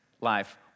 life